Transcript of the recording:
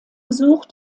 besuch